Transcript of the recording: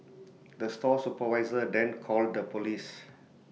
the store supervisor then called the Police